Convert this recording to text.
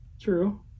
True